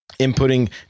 inputting